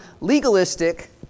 legalistic